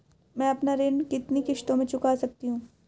मैं अपना ऋण कितनी किश्तों में चुका सकती हूँ?